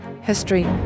history